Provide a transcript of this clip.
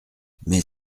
mais